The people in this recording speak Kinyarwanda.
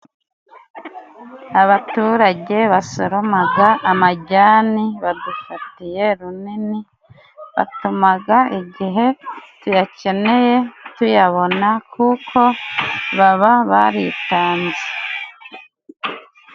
Abaturage basoromaga amajyani badufatiye runini, batumaga igihe tuyakeneye tuyabona kuko baba baritanze.